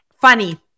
Funny